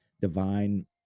divine